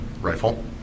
rifle